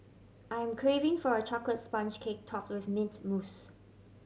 I am craving for a chocolate sponge cake top with mint mousse